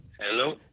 Hello